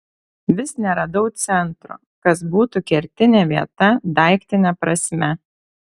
vis neradau centro kas būtų kertinė vieta daiktine prasme